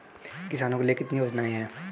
किसानों के लिए कितनी योजनाएं हैं?